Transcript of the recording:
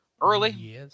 early